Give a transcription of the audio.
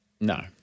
No